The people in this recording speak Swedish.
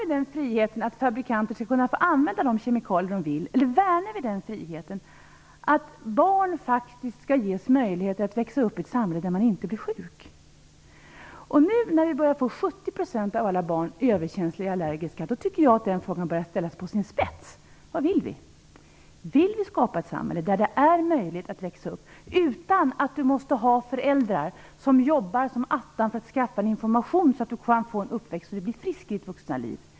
Värnar vi friheten att fabrikanter skall kunna få använda de kemikalier de vill eller värnar vi friheten att barn faktiskt skall ges möjligheter att växa upp i ett samhälle där man inte blir sjuk? Nu när 70 % av alla barn är överkänsliga eller allergiska tycker jag att den frågan börjar ställas på sin spets. Vad vill vi? Vill vi skapa ett samhälle det är möjligt att växa upp utan att föräldrarna får jobba som attan för att skaffa den information som behövs för att barnet skall få en uppväxt som gör att barnet blir friskt i sitt vuxna liv?